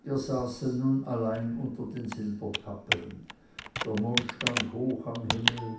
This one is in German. wir saßen nun allein unter den silberpappeln der mond stand hoch am himmel